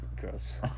Gross